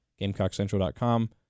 GamecockCentral.com